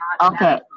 Okay